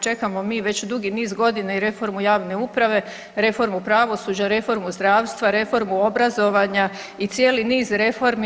Čekamo mi već dugi niz godina i reformu javne uprave, reformu pravosuđa, reformu zdravstva, reformu obrazovanja i cijeli niz reformi.